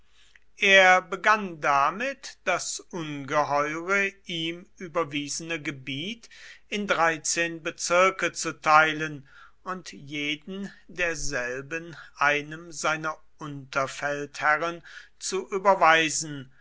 er begann damit das ungeheure ihm überwiesene gebiet in dreizehn bezirke zu teilen und jeden derselben einem seiner unterfeldherren zu überweisen